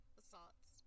assaults